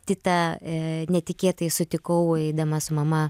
titą netikėtai sutikau eidama su mama